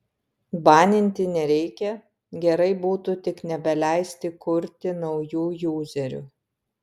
baninti nereikia gerai būtų tik nebeleisti kurti naujų juzerių